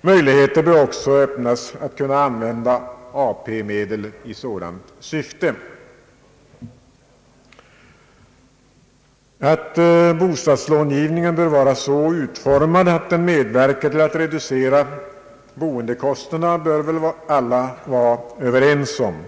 Möjligheter bör också skapas för att kunna använda AP-medel för detta ändamål. Att bostadslånegivningen bör vara så utformad att den medverkar till att reducera boendekostnaderna torde alla vara överens om.